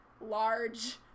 large